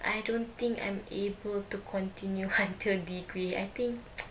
I don't think I'm able to continue until degree I think